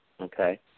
Okay